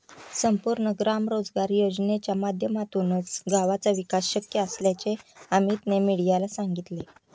संपूर्ण ग्राम रोजगार योजनेच्या माध्यमातूनच गावाचा विकास शक्य असल्याचे अमीतने मीडियाला सांगितले